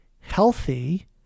healthy